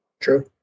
True